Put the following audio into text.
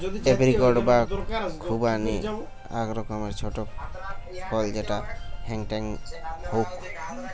apricot বা খুবানি আক রকমের ছোট ফল যেটা হেংটেং হউক